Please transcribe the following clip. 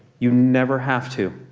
you never have to.